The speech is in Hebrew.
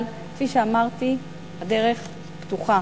אבל כפי שאמרתי הדרך פתוחה.